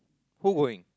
who win